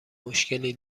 مشکلی